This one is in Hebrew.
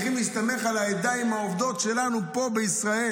להסתמך על הידיים העובדות שלנו פה בישראל.